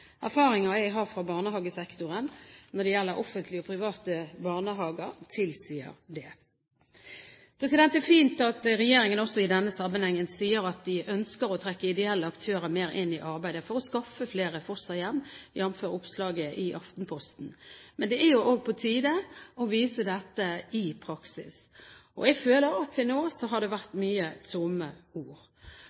har fra barnehagesektoren når det gjelder offentlige og private barnehager, tilsier det. Det er fint at regjeringen også i denne sammenhengen sier at de ønsker å trekke ideelle aktører mer inn i arbeidet for å skaffe flere fosterhjem, jf. oppslaget i Aftenposten. Men det er også på tide å vise dette i praksis. Jeg føler at det til nå har vært mye tomme ord.